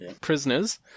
Prisoners